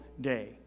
day